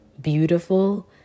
beautiful